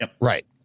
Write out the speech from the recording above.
Right